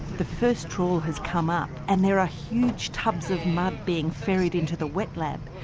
the first trawl has come up, and there are huge tubs of mud being ferried into the wet lab.